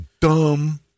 Dumb